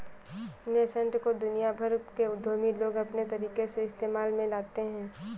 nascent को दुनिया भर के उद्यमी लोग अपने तरीके से इस्तेमाल में लाते हैं